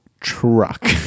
truck